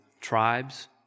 tribes